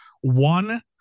one